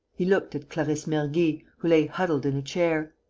he looked at clarisse mergy, who lay huddled in a chair.